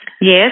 Yes